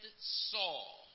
Saul